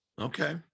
okay